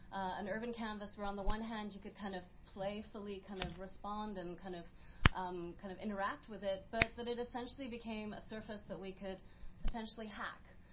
an urban canvas where, on the one hand, you could kind of playfully kind of respond and kind of um kind of interact with it, but that it essentially became a surface that we could potentially hack,